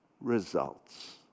results